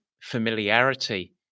familiarity